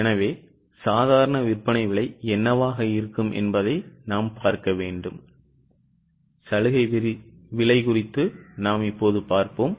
எனவே சாதாரண விற்பனைவிலைஎன்னவாக இருக்கும் என்பதைப் பார்ப்போம்